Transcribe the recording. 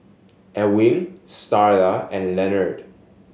Ewing Starla and Lenard